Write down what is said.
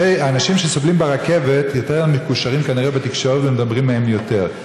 האנשים שסובלים ברכבת יותר מקושרים כנראה בתקשורת ומדברים עליהם יותר,